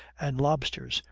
and lobsters,